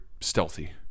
stealthy